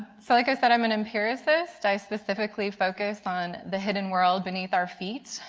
so like i said i am an empiricist, i specifically focus on the hidden world beneath our feet.